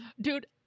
dude